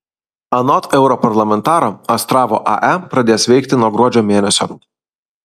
anot europarlamentaro astravo ae pradės veikti nuo gruodžio mėnesio